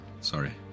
sorry